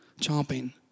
chomping